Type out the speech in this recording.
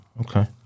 Okay